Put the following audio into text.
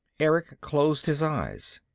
erick closed his eyes.